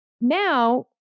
now